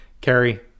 Carrie